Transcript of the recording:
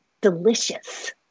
Delicious